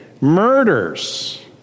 murders